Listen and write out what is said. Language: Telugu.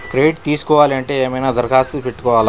క్రెడిట్ తీసుకోవాలి అంటే ఏమైనా దరఖాస్తు పెట్టుకోవాలా?